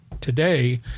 today